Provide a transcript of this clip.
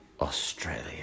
Australia